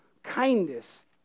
kindness